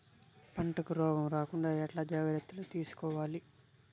పంటకు రోగం రాకుండా ఎట్లా జాగ్రత్తలు తీసుకోవాలి?